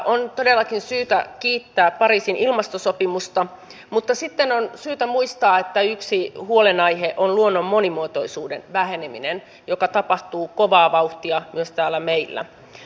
on todellakin syytä kiittää pariisin ilmastosopimusta mutta sitten on syytä muistaa että yksi huolenaihe on luonnon monimuotoisuuden väheneminen joka tapahtuu kovaa vauhtia myös täällä meillä